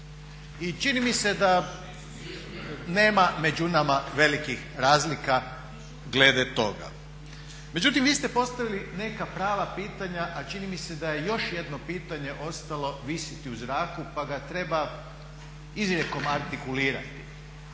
i čini mi se da nema među nama velikih razlika glede toga. Međutim, vi ste postavili neka prava pitanja, a čini mi se da je još jedno pitanje ostalo visiti u zraku pa ga treba izrijekom artikulirati.